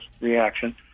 reaction